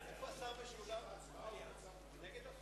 ההצעה להעביר את הצעת